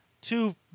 two